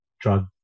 drug